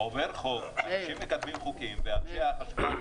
עובר חוק, אנשים מקדמים חוקים, ואנשי החשכ"ל